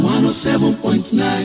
107.9